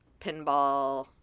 pinball